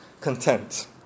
content